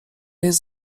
jest